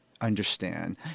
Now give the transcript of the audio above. Understand